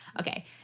Okay